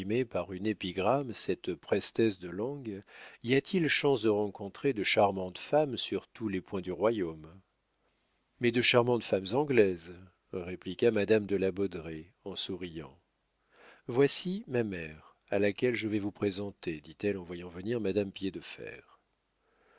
par une épigramme cette prestesse de langue y a-t-il chance de rencontrer de charmantes femmes sur tous les points du royaume mais de charmantes femmes anglaises répliqua madame de la baudraye en souriant voici ma mère à laquelle je vais vous présenter dit-elle en voyant venir madame piédefer une